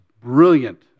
brilliant